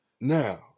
Now